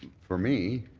for me,